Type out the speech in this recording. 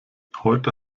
heute